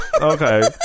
Okay